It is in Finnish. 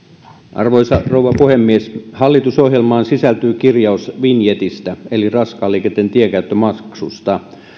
arvoisa rouva puhemies hallitusohjelmaan sisältyy kirjaus vinjetistä eli raskaan liikenteen tienkäyttömaksusta